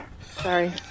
sorry